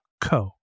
co